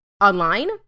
online